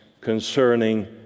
concerning